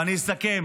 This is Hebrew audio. ואני אסכם